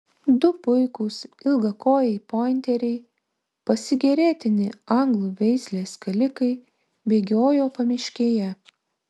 du puikūs ilgakojai pointeriai pasigėrėtini anglų veislės skalikai bėgiojo pamiškėje